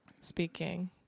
speaking